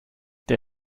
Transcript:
der